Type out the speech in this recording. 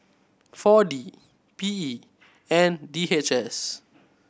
Four D P E and D H S